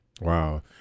Wow